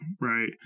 right